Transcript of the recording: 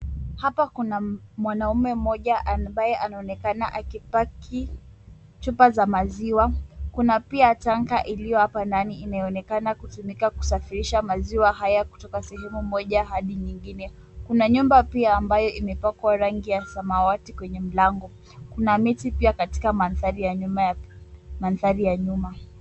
Hapa kuna mwanamke mmoja ambaye anaonekana akipaki chupa za maziwa. Kuna pia tanka iliyo hapa ndani inayoonekana kutumika kusafirisha maziwa haya kutoka sehemu moja hadi nyingine. Kuna nyumba pia ambayo imepakwa rangi ya samawati kwenye mlango. Kuna miti pia katika mandhari ya nyuma.